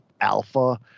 Alpha